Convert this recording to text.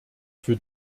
für